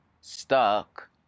stuck